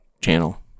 channel